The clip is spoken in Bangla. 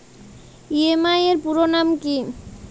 ই.এম.আই এর পুরোনাম কী?